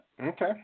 Okay